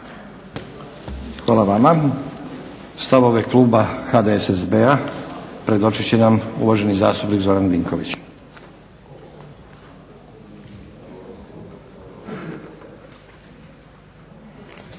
Hvala vama. Stavove kluba HDSSB-a predočit će nam uvaženi zastupnik Zoran Vinković. **Vinković,